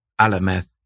Alameth